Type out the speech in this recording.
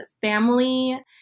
family